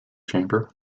chamber